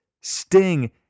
Sting